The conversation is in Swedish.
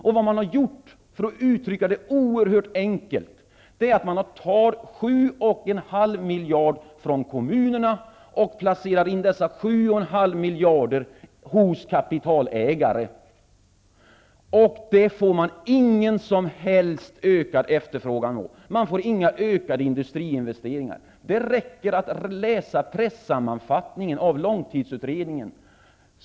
För att uttrycka det oerhört enkelt: Man tar 7,5 miljarder från kommunerna och placerar hos kapitalägare. Det får man ingen som helst ökad efterfrågan av. Man får ingen ökning av industriinvesteringarna. Det räcker att läsa pressammanfattningen av Långtidsutredningen.